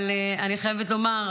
אבל אני חייבת לומר,